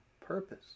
purpose